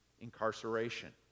incarceration